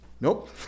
nope